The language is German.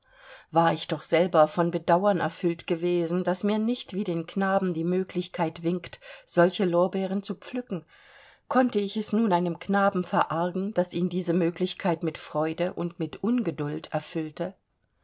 war ich doch selber von bedauern erfüllt gewesen daß mir nicht wie den knaben die möglichkeit winkt solche lorbeeren zu pflücken konnte ich es nun einem knaben verargen daß ihn diese möglichkeit mit freude und mit ungeduld erfüllte